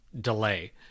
delay